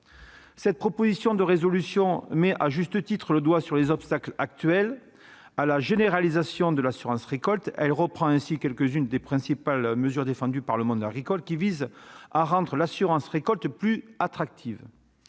Cette proposition de résolution met, à juste titre, le doigt sur les obstacles actuels à la généralisation de l'assurance récolte. Elle reprend ainsi quelques-unes des principales mesures défendues par le monde agricole, qui visent à rendre l'assurance récolte plus attractive.